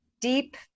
deep